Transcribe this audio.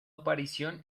aparición